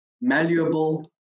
malleable